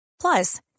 Plus